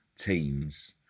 teams